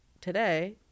today